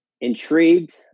intrigued